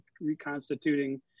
reconstituting